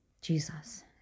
Jesus